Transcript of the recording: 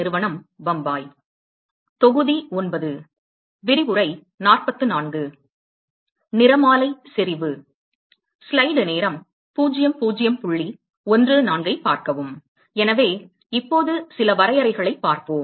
நிறமாலை செறிவு எனவே இப்போது சில வரையறைகளைப் பார்ப்போம்